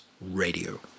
Radio